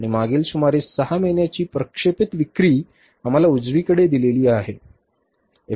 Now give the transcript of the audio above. आणि मागील सुमारे 6 महिन्याची प्रक्षेपित विक्री आम्हाला उजवीकडे दिली आहे